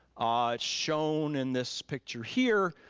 ah shown in this picture here,